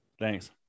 Thanks